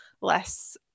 less